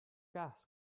gas